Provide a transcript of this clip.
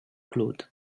cloth